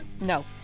No